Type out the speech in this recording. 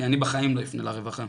כי אני בחיים לא אפנה לרווחה.